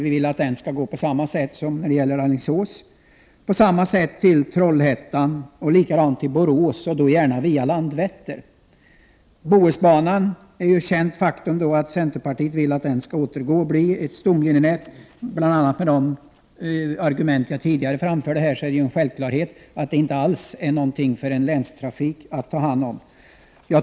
Vi vill att den skall gå på samma sätt som den gör när det gäller Alingsås, Trollhättan och Borås, och då gärna via Landvetter. Det är ett känt faktum att centerpartiet vill att Bohusbanan skall ingå i ett stomlinjenät. Jag argumenterade tidigare här för att det självklart inte är lämpligt att länstrafiken tar hand om den.